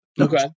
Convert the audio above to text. Okay